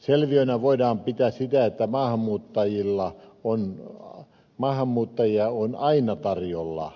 selviönä voidaan pitää sitä että maahanmuuttajia on aina tarjolla